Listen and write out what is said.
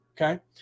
Okay